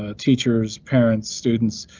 ah teachers, parents, students,